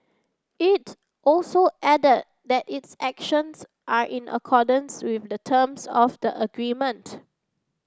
it also added that its actions are in accordance with the terms of the agreement